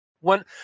one